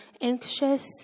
anxious